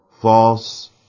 false